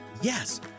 Yes